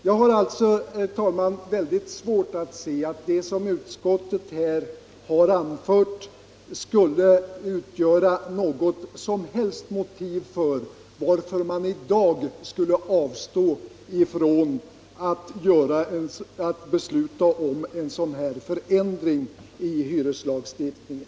Jag har alltså, herr talman, svårt att se att det som utskottet har anfört skulle utgöra något som helst motiv för att i lag avstå ifrån att besluta om en ändring i hyreslagstiftningen.